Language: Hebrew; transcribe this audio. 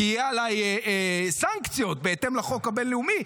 כי יהיו עלינו סנקציות בהתאם לחוק הבין-לאומי,